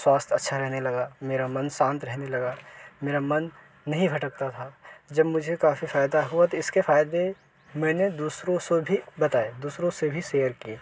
स्वास्थ अच्छा रहने लगा मेरा मन शांत रहने लगा मेरा मन नहीं भटकता था जब मुझे काफी फ़ायदा हुआ तो इसके फ़ायदे मैंने दूसरों से भी बताए दूसरों से भी शेयर किए